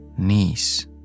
knees